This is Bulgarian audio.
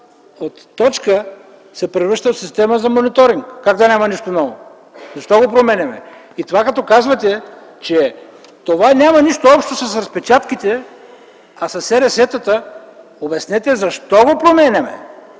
която се превръща в система за мониторинг. Как няма нищо ново? Защо го променяме? Като казвате, че това няма нищо общо с разпечатките, а със СРС-тата, обяснете, защо го променяме?!